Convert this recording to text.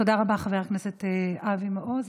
תודה רבה, חבר הכנסת אבי מעוז.